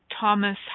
Thomas